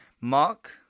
Mark